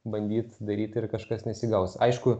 bandyt daryti ir kažkas nesigaus aišku